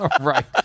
Right